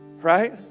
Right